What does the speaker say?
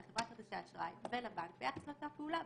לחברת כרטיסי האשראי ולבנק ביחס לאותה פעולה,